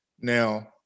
Now